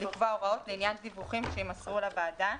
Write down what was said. לקבוע הוראות לעניין דיווחים שיימסרו לוועדה,